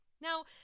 Now